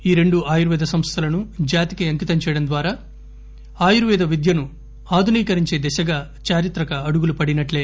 ఈ రెండు ఆయుర్వేద సంస్థలను జాతికి అంకితం చేయడం ద్వారా ఆయుర్వేద విద్యను ఆధునీకరించే దిశగా చారిత్రక అడుగులు పడినట్లే